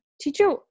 teacher